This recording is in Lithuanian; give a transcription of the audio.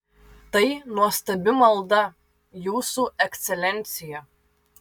tai nuostabi malda jūsų ekscelencija